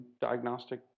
diagnostic